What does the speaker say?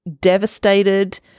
devastated